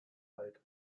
alt